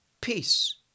peace